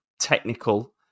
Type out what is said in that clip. technical